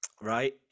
right